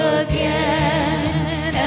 again